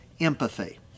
empathy